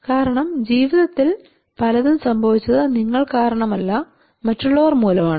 കാരണം ജീവിതത്തിൽ പലതും സംഭവിച്ചത് നിങ്ങൾ കാരണമല്ല മറ്റുള്ളവർ മൂലമാണ്